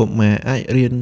កុមារអាចរៀន